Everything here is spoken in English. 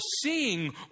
seeing